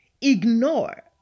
Ignore